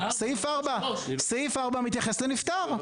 סעיף 4 מתייחס לנפטר.